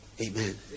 Amen